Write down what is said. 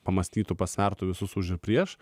pamąstytų pasvertų visus už prieš